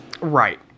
Right